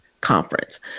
Conference